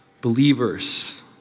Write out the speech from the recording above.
believers